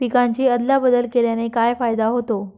पिकांची अदला बदल केल्याने काय फायदा होतो?